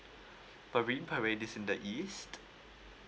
marine parade is in the east